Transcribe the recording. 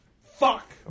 fuck